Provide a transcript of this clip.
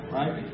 right